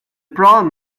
problem